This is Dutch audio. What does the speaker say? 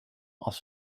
als